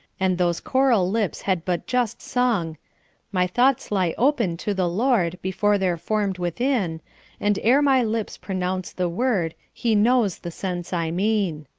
and those coral lips had but just sung my thoughts lie open to the lord, before they're formed within and ere my lips pronounce the word he knows the sense i mean.